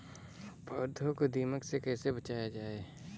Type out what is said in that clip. पौधों को दीमक से कैसे बचाया जाय?